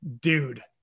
Dude